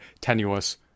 tenuous